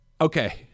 Okay